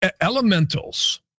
Elementals